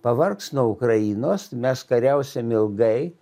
pavargs nuo ukrainos mes kariausim ilgai